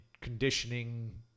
conditioning